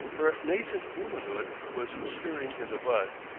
her nascent womanhood was stirring in the bud.